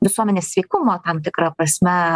visuomenės sveikumą tam tikra prasme